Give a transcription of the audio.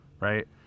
Right